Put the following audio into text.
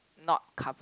not covered